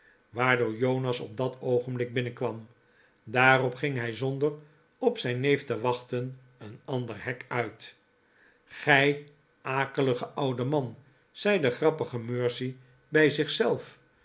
waardoor jonas op dat oogenblik binnenkwam daarop ging hij zonder op zijn neef te wachten een ander hek uit gij akelige oude man zei de grappige mercy bij